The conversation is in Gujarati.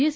એસ